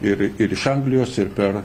ir ir iš anglijos ir per